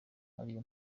ariyo